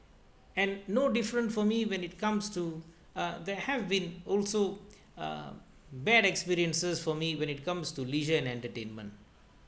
and no different for me when it comes to uh there have been also uh bad experiences for me when it comes to leisure and entertainment